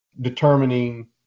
determining –